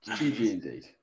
indeed